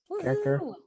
character